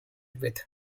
with